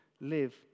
live